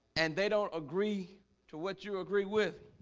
and they don't agree to what you agree with